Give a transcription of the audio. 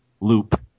loop